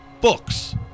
books